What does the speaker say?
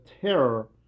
terror